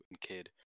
Kid